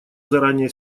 заранее